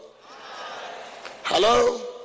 Hello